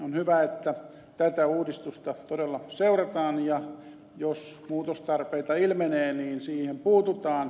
on hyvä että tätä uudistusta todella seurataan ja jos muutostarpeita ilmenee niihin puututaan